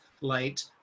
light